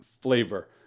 flavor